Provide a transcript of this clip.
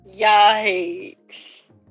Yikes